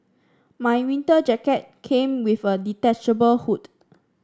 my winter jacket came with a detachable hood